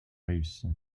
réussi